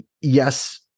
yes